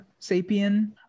Sapien